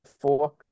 four